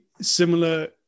similar